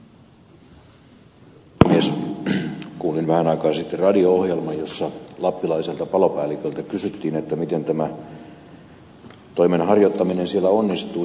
kuulin vähän aikaa sitten radio ohjelman jossa lappilaiselta palopäälliköltä kysyttiin miten tämän toimen harjoittaminen siellä onnistuu